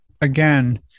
again